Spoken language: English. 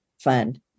Fund